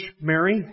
Mary